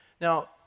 Now